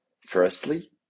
firstly